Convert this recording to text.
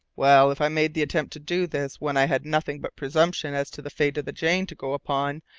well, if i made the attempt to do this when i had nothing but presumption as to the fate of the jane to go upon,